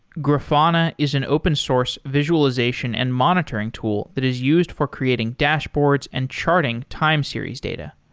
grafana is an open source visualization and monitoring tool that is used for creating dashboards and charting time series data.